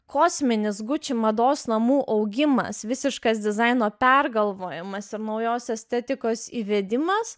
kosminis gucci mados namų augimas visiškas dizaino pergalvojimas ir naujos estetikos įvedimas